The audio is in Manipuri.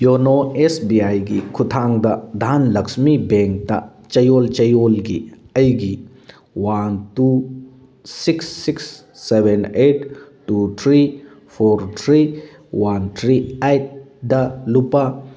ꯌꯣꯅꯣ ꯑꯦꯁ ꯕꯤ ꯑꯥꯏꯒꯤ ꯈꯨꯠꯊꯥꯡꯗ ꯙꯥꯟ ꯂꯛꯁꯃꯤ ꯕꯦꯡꯇ ꯆꯌꯣꯜ ꯆꯌꯣꯜꯒꯤ ꯑꯩꯒꯤ one two six six seven eight two three four three one three eight ꯗ ꯂꯨꯄꯥ